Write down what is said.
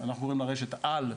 אנחנו קוראים לה רשת על,